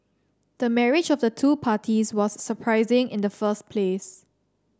the marriage of the two parties was surprising in the first place